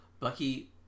Bucky